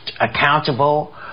accountable